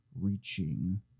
reaching